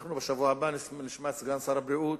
אנחנו בשבוע הבא נשמע את סגן שר הבריאות,